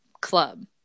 club